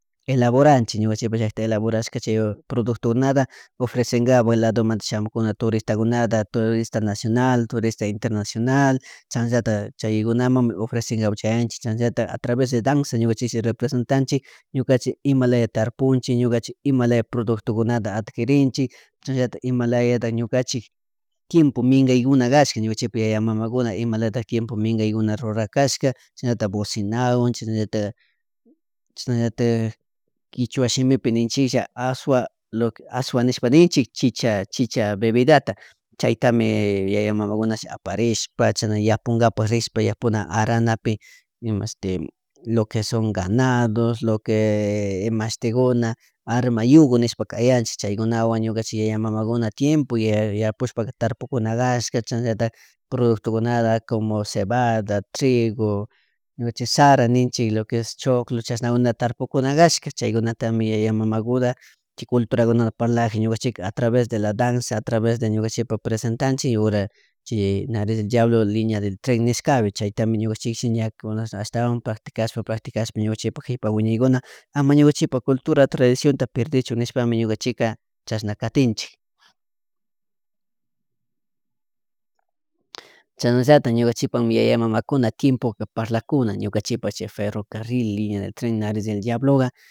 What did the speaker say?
Elaboranchik ñukachapa llankta elaborashka chay productonata ofrecenka vueladomanta shamunkuna turistakunata turista nacional, turista internacional, chanllata chaykunaman ofrecenka kunanchik chanllata a travez de danza ñukachishka representanchik ñukanchik imalaya tarpunchik ñukanchik imalaya productokunata adquirinchik chay llata imalayaka ñukanchik timpo minkakunakashka ñuchapi mamakuna imalatak tiempo minkakuna runakashka shinata bocinawan chyanata chaynata kichwashimipi ninchilla asua asuanishpaninchik chicha chicha bebidata chaytami yaya mamakunashina aparish pakcha nayapunkapak rrishpa yapuna arranapi imashtik lo que son ganagados lo que imashtikuna arma yukunishpaka yanchik chaykunawan ñukachik yayakuan tiempo ya yapushpaka tartukuna kashka chashnata productokunata como cebada, trigo, sara ninchik lo que es choclo chashna una tarpukuna kashka chyakuna tami yayakuta culturakuna palage ñukanchikka atravez de la danza, atraves de ñukachikka presentanchik, hora que Nariz del Diablo, Linea del Tren, nishkape chaytami chishiñak kudar ashtawan practikashpa practikashpa ñukachikpa hipawiñaykuna ama ñukachipa cultura, tradicionta perdechun nishpami ñuka chikka chashna katinchik. Chashna llatan ñuka chikpami yayakuna tiempoka parlakuna ñukanchipa ferrocaril, linéa del tren, nariz del diabloka.